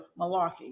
malarkey